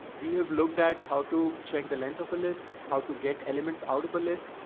we have looked at how to check the lent of a list, how to get elements out of a list.